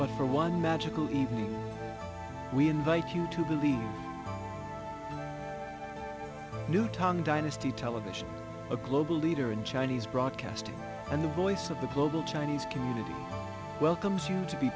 but for one magical evening we invite you to believe new tang dynasty television a global leader in chinese broadcasting and the voice of the global chinese community welcomes you to be